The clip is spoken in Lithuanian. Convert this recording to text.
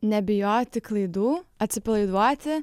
nebijoti klaidų atsipalaiduoti